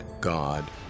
God